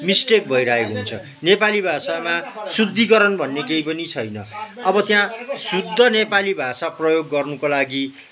mistake भइ राखेको हुन्छ नेपाली भाषामा शुद्धिकरण भन्ने केही पनि छैन अब त्यहाँ शुद्ध नेपाली भाषा प्रयोग गर्नुको लागि